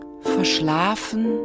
verschlafen